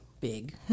big